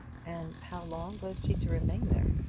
and how long was she to remain there?